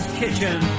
kitchen